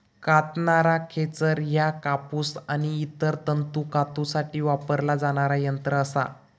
कातणारा खेचर ह्या कापूस आणि इतर तंतू कातूसाठी वापरला जाणारा यंत्र असा